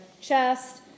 chest